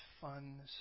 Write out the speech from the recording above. fun